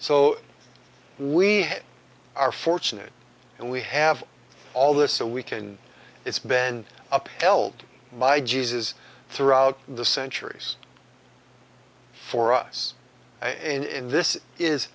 so we are fortunate and we have all this so we can it's been upheld my jesus throughout the centuries for us in this is